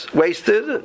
wasted